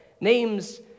names